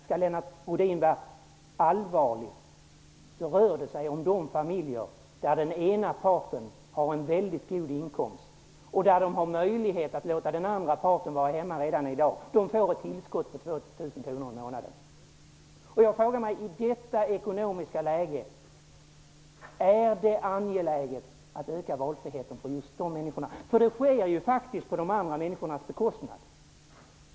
Skall Lennart Rohdin vara allvarlig så får han lov att säga att det rör sig om familjer där den ena parten har en väldigt god inkomst och där man redan i dag har möjlighet att låta den andra parten vara hemma. Dessa familjer får ett tillskott på 2 000 I detta ekonomiska läge frågar jag mig: Är det angeläget att öka valfriheten för just dessa människor? Det sker faktiskt på de andra människornas bekostnad.